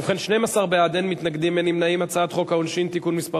להעביר את הצעת חוק העונשין (תיקון מס'